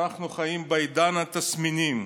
אנחנו חיים בעידן התסמינים,